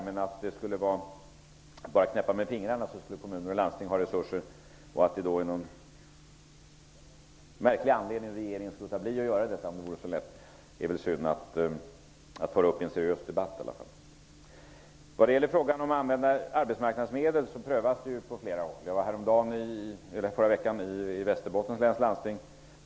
Att det bara skulle vara att knäppa med fingrarna för att få mer resurser till landsting och kommuner men att regeringen av någon märklig anledning skulle låta bli att göra det, även om det är så lätt, är det synd att föra upp i en seriös debatt. På flera håll prövas nu möjligheten att använda arbetsmarknadsmedel för kompetenshöjande åtgärder. Jag besökte i förra veckan i Västerbottens läns landsting.